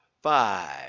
Five